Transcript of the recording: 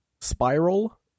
Spiral